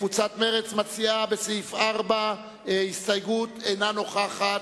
קבוצת מרצ מציעה בסעיף 4 הסתייגות, אינה נוכחת.